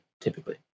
typically